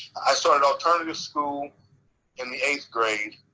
i started alternative school in the eighth grade.